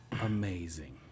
amazing